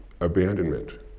abandonment